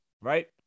Right